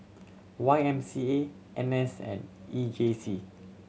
Y M C A N S and E J C